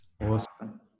Awesome